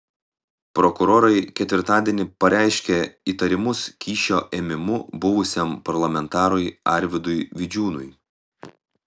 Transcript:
prokurorai ketvirtadienį pareiškė įtarimus kyšio ėmimu buvusiam parlamentarui arvydui vidžiūnui